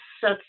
set